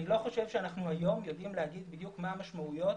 אני לא חושב שאנחנו היום יודעים לומר בדיוק מה המשמעויות.